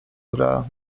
gra